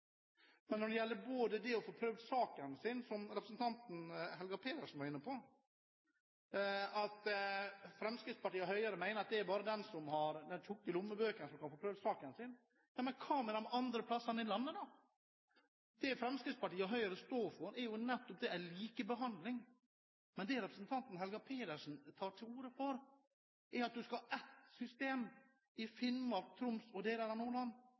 Men når det gjelder å få prøvd saken sin, som representanten Helga Pedersen var inne på – at Fremskrittspartiet og Høyre mener at det bare er dem som har tjukke lommebøker, som kan få prøvd saken sin – hva med de andre stedene i landet, da? Det Fremskrittspartiet og Høyre står for, er nettopp likebehandling. Men det representanten Helga Pedersen tar til orde for, er at man skal ha ett system i Finnmark, Troms og deler av Nordland